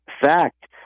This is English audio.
fact